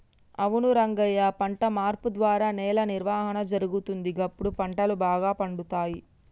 అవును రంగయ్య పంట మార్పు ద్వారా నేల నిర్వహణ జరుగుతుంది, గప్పుడు పంటలు బాగా పండుతాయి